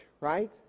right